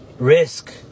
risk